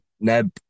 neb